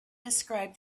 described